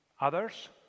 Others